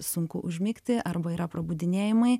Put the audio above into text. sunku užmigti arba yra prabudinėjimai